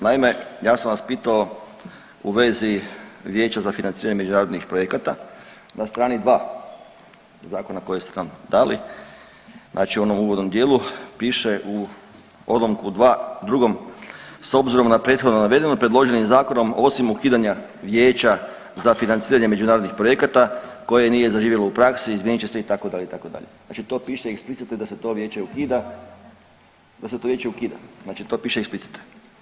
Naime, ja sam vas pitao u vezi vijeća za financiranje međunarodnih projekata, na strani 2 zakona kojeg ste nam dali, znači u onom uvodnom dijelu piše u odlomku 2, drugom, s obzirom na prethodno navedeno predloženim zakonom osim ukidanja vijeća za financiranje međunarodnih projekata koje nije zaživjelo u praksi izmijenit će se itd., itd., znači to piše eksplicite da se to vijeće ukida, da se to vijeće ukida, znači to piše eksplicite.